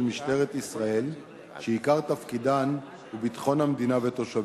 משטרת ישראל שעיקר תפקידן הוא ביטחון המדינה ותושביה.